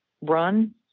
run